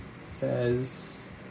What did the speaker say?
says